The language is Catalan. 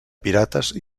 pirates